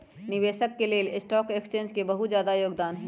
निवेशक स के लेल स्टॉक एक्सचेन्ज के बहुत जादा योगदान हई